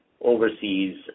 overseas